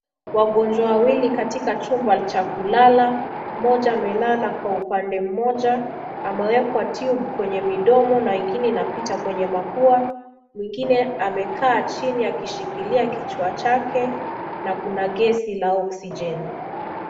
Wagonjwa wawili katika chumba cha kulala , mmoja amelala kwa upande mmoja amewekwa tube kwenye midomo na ingine inapita kwenye mapua, mwingine amekaa chini akishikilia kichwa chake na kuna gesi la oxygen .